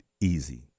easy